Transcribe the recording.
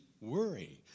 worry